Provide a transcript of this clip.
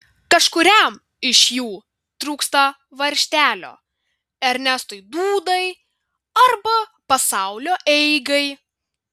kažkuriam iš jų trūksta varžtelio ernestui dūdai arba pasaulio eigai